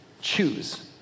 choose